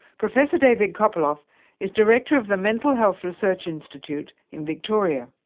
professor david copolov is director of the mental health research institute in victoria.